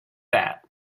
that